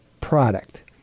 product